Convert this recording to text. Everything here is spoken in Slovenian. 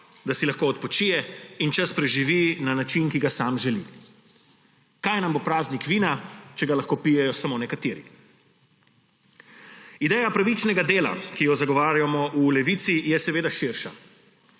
da si lahko odpočije in čas preživi na način, kot ga sam želi? Kaj nam bo praznik vina, če ga lahko pijejo samo nekateri? Ideja pravičnega dela, ki jo zagovarjamo v Levici, je seveda širša.